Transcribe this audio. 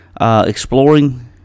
exploring –